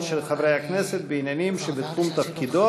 של חברי הכנסת בעניינים שבתחום תפקידו,